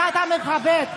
הדת המכבד,